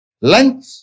Lunch